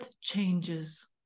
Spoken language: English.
changes